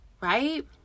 right